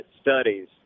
studies